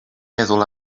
meddwl